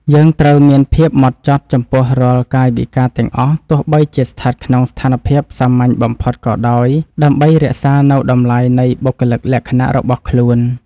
យើងត្រូវមានភាពហ្មត់ចត់ចំពោះរាល់កាយវិការទាំងអស់ទោះបីជាស្ថិតក្នុងស្ថានភាពសាមញ្ញបំផុតក៏ដោយ ដើម្បី រក្សានូវតម្លៃនៃបុគ្គលិកលក្ខណៈរបស់ខ្លួន។